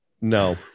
No